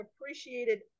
appreciated